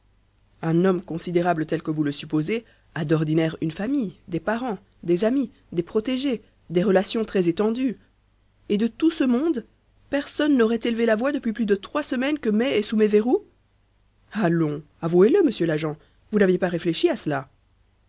un homme considérable tel que vous le supposez a d'ordinaire une famille des parents des amis des protégés des relations très étendues et de tout ce monde personne n'aurait élevé la voix depuis plus de trois semaines que mai est sous mes verroux allons avouez-le monsieur l'agent vous n'aviez pas réfléchi à cela